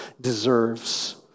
deserves